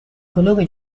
colore